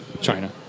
China